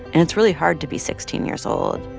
and it's really hard to be sixteen years old.